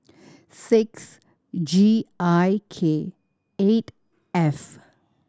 six G I K eight F